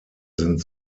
sind